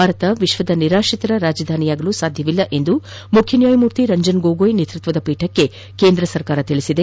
ಭಾರತವು ವಿಶ್ವದ ನಿರಾಶ್ರಿತರ ರಾಜಧಾನಿಯಾಗಲು ಸಾಧ್ಯವಿಲ್ಲ ಎಂದು ಮುಖ್ಯನ್ಯಾಯಮೂರ್ತಿ ರಂಜನ್ ಗೋಗೊಯ್ ನೇತೃತ್ವದ ಪೀಠಕ್ಕೆ ಕೇಂದ್ರ ಸರ್ಕಾರ ತಿಳಿಸಿದೆ